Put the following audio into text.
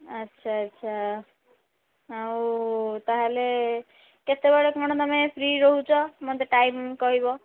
ଆଚ୍ଛା ଆଚ୍ଛା ଆଉ ତାହେଲେ କେତେବେଳେ କ'ଣ ତମେ ଫ୍ରି ରହୁଛ ମୋତେ ଟାଇମ୍ କହିବ